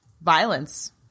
violence